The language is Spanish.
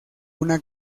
una